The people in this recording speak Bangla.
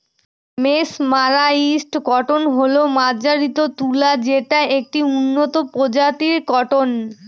মেসমারাইসড কটন হল মার্জারিত তুলা যেটা একটি উন্নত প্রজাতির কটন